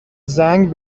زنگ